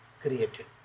created